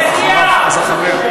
נשיאה.